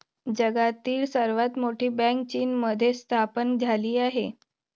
जगातील सर्वात मोठी बँक चीनमध्ये स्थापन झाली आहे